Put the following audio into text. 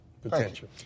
Potential